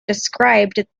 described